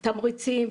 תמריצים,